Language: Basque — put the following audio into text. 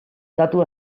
datu